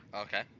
Okay